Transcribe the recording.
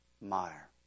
Meyer